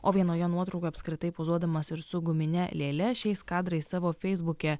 o vienoje nuotraukų apskritai pozuodamas ir su gumine lėle šiais kadrais savo feisbuke